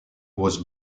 was